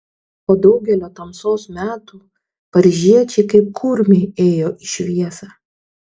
po daugelio tamsos metų paryžiečiai kaip kurmiai ėjo į šviesą